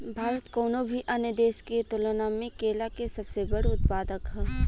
भारत कउनों भी अन्य देश के तुलना में केला के सबसे बड़ उत्पादक ह